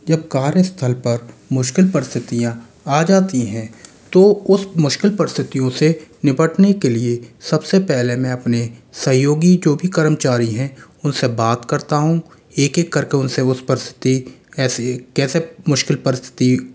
जब कार्यस्थल पर मुश्किल परिस्थितियाँ आ जाती हैं तो उस मुश्किल परिस्थितियों से निपटने के लिए सब से पहले मैं अपने सहयोगी जो भी कर्मचारी हैं उनसे बात करता हूँ एक एक करके उनसे उस परिस्तिथि कैसे कैसे मुश्किल परिस्तिथि